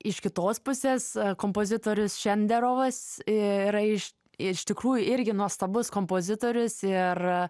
iš kitos pusės kompozitorius šenderovas yra iš iš tikrųjų irgi nuostabus kompozitorius ir